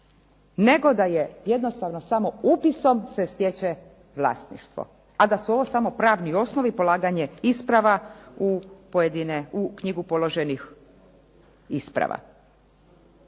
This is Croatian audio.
nego da se jednostavno samo upisom se stječe vlasništvo. A da su ovo samo pravni osnovi polaganje isprava u knjigu položenih isprava.